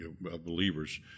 believers